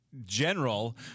general